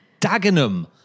dagenham